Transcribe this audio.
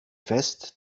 fest